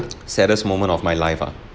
saddest moment of my life ah